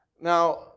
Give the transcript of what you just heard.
Now